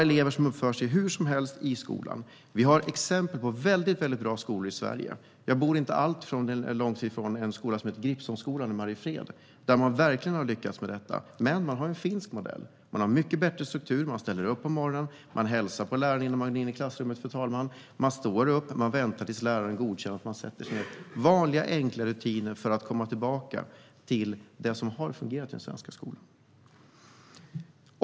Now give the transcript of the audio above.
Eleverna uppför sig hur som helst i skolan. Det finns exempel på mycket bra skolor i Sverige. Jag bor inte alltför långt ifrån Gripsholmsskolan i Mariefred där man verkligen har lyckats, men där använder man sig av en finsk modell. Man har en bättre struktur där eleverna ställer upp sig på morgonen och hälsar på läraren innan de går in i klassrummet. De står upp och väntar tills läraren har godkänt att de sätter sig ned. Det är vanliga, enkla rutiner för att komma tillbaka till det som har fungerat i den svenska skolan.